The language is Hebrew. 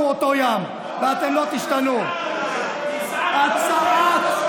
יש לך,